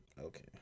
Okay